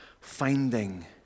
finding